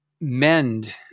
mend